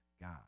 God